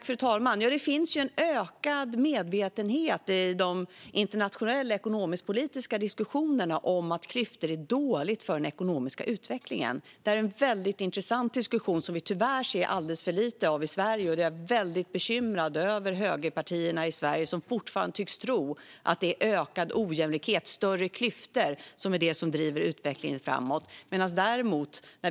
Fru talman! Det finns en ökad medvetenhet i de internationella ekonomisk-politiska diskussionerna om att klyftor är dåligt för den ekonomiska utvecklingen. Det är en väldigt intressant diskussion som vi tyvärr hör alldeles för lite av i Sverige. Jag är väldigt bekymrad över högerpartierna i Sverige som fortfarande tycks tro att ökad ojämlikhet och större klyftor driver utvecklingen framåt.